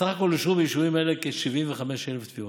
סך הכול אושרו ביישובים אלה כ-75,000 תביעות.